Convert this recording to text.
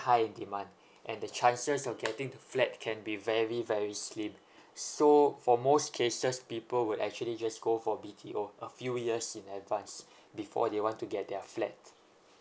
high in demand and the chances of getting the flat can be very very slim so for most cases people would actually just go for B_T_O a few years in advance before they want to get their flat